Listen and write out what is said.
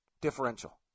differential